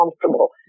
comfortable